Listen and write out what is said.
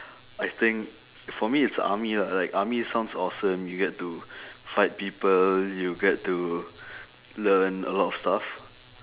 I think for me it's army lah like army sounds awesome you get to fight people you get to learn a lot of stuff